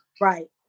right